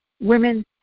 women